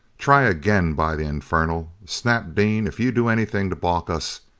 try again. by the infernal, snap dean, if you do anything to balk us,